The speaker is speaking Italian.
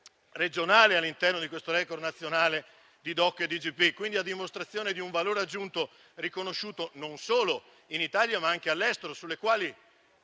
regionale all'interno di questo *record* nazionale di DOP e di IGP, a dimostrazione di un valore aggiunto riconosciuto non solo in Italia ma anche all'estero, su cui